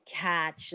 catch